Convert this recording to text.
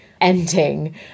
ending